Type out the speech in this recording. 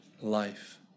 life